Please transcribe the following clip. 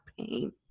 pain